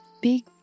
Big